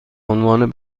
عنوان